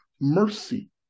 mercy